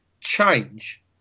change